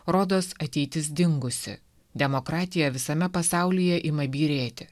rodos ateitis dingusi demokratija visame pasaulyje ima byrėti